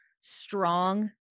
strong